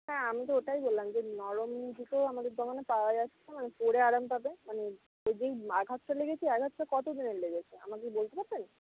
হ্যাঁ আমি তো ওটাই বললাম যে নরম জুতোও আমাদের দোকানে পাওয়া যাচ্ছে মানে পরে আরাম পাবেন মানে যেই আঘাতটা লেগেছে আঘাতটা কত জোরে লেগেছে আমাকে বলতে পারবেন